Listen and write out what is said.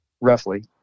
roughly